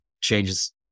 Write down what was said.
changes